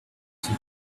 catch